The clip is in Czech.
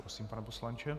Prosím, pane poslanče.